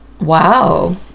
wow